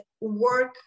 work